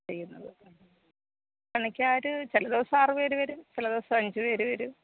ചെയ്യുന്നത് പണിക്കാര് ചില ദിവസം ആറ് പേര് വരും ചില ദിവസം അഞ്ച് പേര് വരും